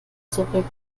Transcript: zurück